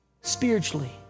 spiritually